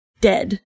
dead